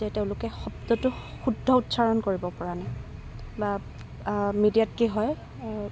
যে তেওঁলোকে শব্দটো শুদ্ধ উচ্চাৰণ কৰিব পৰা নাই বা মিডিয়াত কি হয়